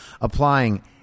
applying